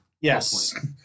Yes